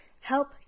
help